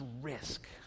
risk